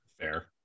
Fair